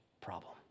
problem